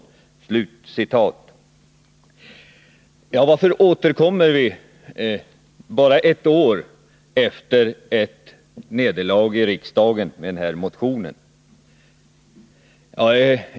Varför återkommer vi då, bara ett år efter ett nederlag i riksdagen, med denna motion?